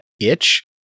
itch